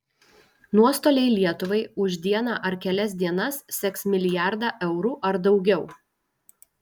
nuostoliai lietuvai už dieną ar kelias dienas sieks milijardą eurų ar daugiau